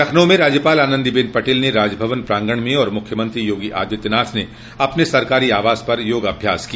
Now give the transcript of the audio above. लखनऊ में राज्यपाल आनंदीबेन पटेल ने राजभवन प्रांगण में और मुख्यमंत्री योगी आदित्यनाथ ने अपने सरकारी आवास पर योगाभ्यास किया